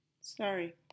Sorry